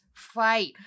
fight